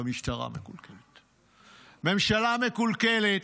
גם משטרה מקולקלת, ממשלה מקולקלת,